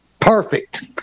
perfect